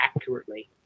accurately